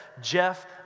Jeff